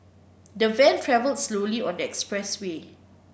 the van travelled slowly on the express way